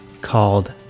called